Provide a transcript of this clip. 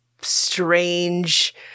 strange